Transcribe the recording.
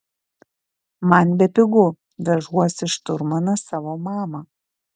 man bepigu vežuosi šturmaną savo mamą